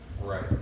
Right